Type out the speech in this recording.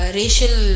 racial